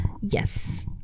Yes